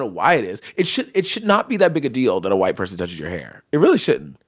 ah why it is. it should it should not be that big a deal that a white person touches your hair. it really shouldn't.